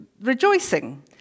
rejoicing